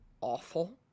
awful